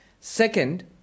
Second